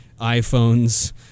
iPhones